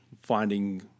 finding